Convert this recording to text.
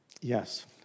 Yes